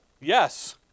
Yes